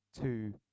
two